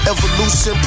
Evolution